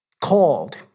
called